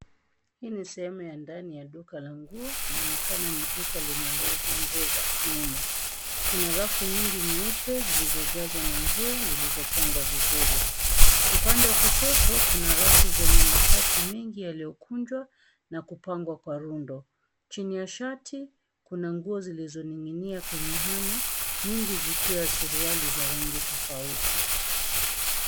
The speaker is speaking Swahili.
Hii ni sehemu ya ndani ya duka la nguo; linaonekana ni duka linalouzwa nguo za kiume. Kuna rafu nyingi nyeupe zilizojazwa na nguo zilizopangwa vizuri. Upande wa kushoto, kuna rafu zenye mashati mengi yaliyokunjwa na kupangwa kwa rundo. Chini ya shati, kuna nguo zilizoninginia kwenye hanger ; nyingi zikiwa suruali za rangi tofauti.